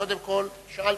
קודם כול, שאלת.